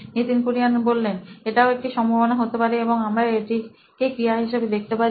Nitin Kurian C O O নোইন ইলেক্ট্রনিক্সএটাও একটা সম্ভাবনা হতে পারে এবং আমরা এটিকে ক্রিয়া হিসেবে দেখতে পারি